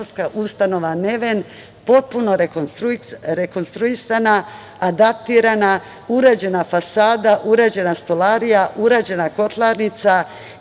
ustanova Neven potpuno rekonstruisana, adaptirana, urađena fasada, urađena stolarija, urađena kotlarnica